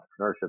entrepreneurship